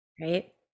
right